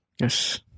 Yes